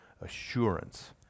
assurance